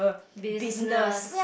business